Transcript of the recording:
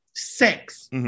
sex